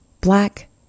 black